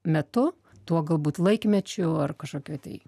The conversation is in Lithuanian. metu tuo galbūt laikmečiu ar kažkokioj tai